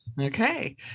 Okay